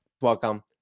Welcome